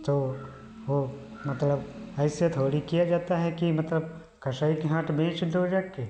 तो वो मतलब ऐसे थोड़ी किया जाता है कि मतलब कसाई के हाथ बेच दो जाके